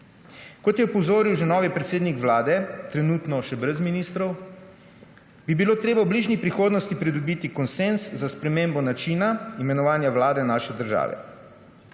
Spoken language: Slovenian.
Kot je opozoril že novi predsednik Vlade, trenutno še brez ministrov, bi bilo treba v bližnji prihodnosti pridobiti konsenz za spremembo načina imenovanja vlade naše države.